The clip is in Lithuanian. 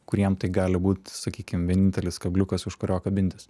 kuriem tai gali būt sakykim vienintelis kabliukas už kurio kabintis